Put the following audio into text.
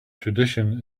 tradition